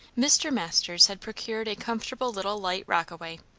mr. masters had procured a comfortable little light rockaway,